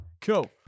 Cool